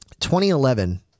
2011